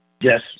Yes